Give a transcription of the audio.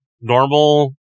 Normal